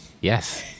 yes